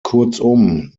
kurzum